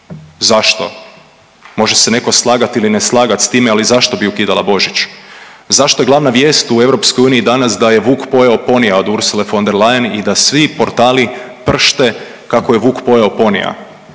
Zašto? Može se neko slagat ili ne slagat s time, ali zašto bi ukidala Božić. Zašto je glavna vijest u EU danas da je vuk pojeo ponija od Ursule von der Leyen i da svi portali pršte kako je vuk pojeo ponija.